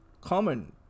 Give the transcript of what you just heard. common